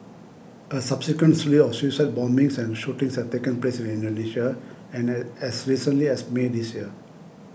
a subsequent slew of suicide bombings and shootings have taken place in Indonesia and an as recently as May this year